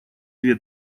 две